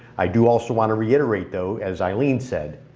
i do also want to reiterate though, as eileen said,